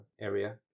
area